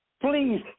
please